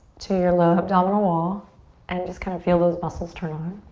to your low abdominal wall and just kind of feel those muscles turn on.